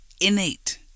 Innate